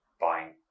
buying